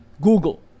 Google